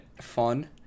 Fun